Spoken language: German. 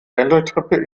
wendeltreppe